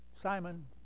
Simon